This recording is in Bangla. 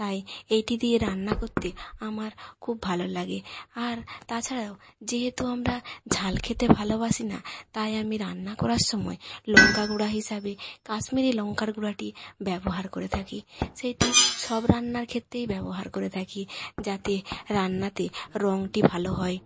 তাই এইটি দিয়ে রান্না করতে আমার খুব ভালো লাগে আর তাছাড়াও যেহেতু আমরা ঝাল খেতে ভালোবাসি না তাই আমি রান্না করার সময় লংকা গুঁড়ো হিসাবে কাশ্মীরি লংকার গুঁড়োটা ব্যবহার করে থাকি সেটি সব রান্নার ক্ষেত্রেই ব্যবহার করে থাকি যাতে রান্নাতে রঙটি ভালো হয়